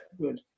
Good